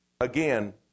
Again